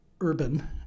urban